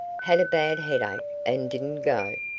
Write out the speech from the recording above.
had a bad headache, and didn't go.